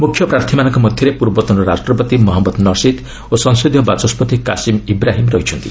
ମୁଖ୍ୟପ୍ରାର୍ଥୀମାନଙ୍କ ମଧ୍ୟରେ ପୂର୍ବତନ ରାଷ୍ଟ୍ରପତି ମହଞ୍ମଦ ନସିଦ୍ ଓ ସଂସଦୀୟ ବାଚସ୍ୱତି କାଶୀମ୍ ଇବ୍ରାହିମ୍ ରହିଛନ୍ତି